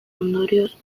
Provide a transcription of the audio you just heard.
ondorioz